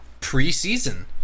preseason